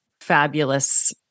fabulous